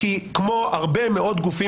שכמו הרבה מאוד גופים